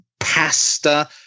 pasta